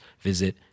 visit